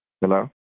Hello